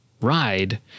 ride